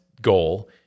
goal